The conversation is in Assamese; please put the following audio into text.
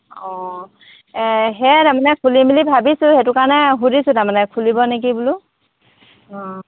অঁ সেয়াই তাৰমানে খুলিম বুলি ভাবিছোঁ সেইটো কাৰণে সুধিছোঁ তাৰমানে খুলিব নেকি বোলো অঁ